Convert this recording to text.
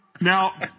Now